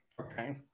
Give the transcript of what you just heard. Okay